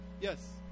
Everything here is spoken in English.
Yes